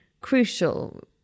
crucial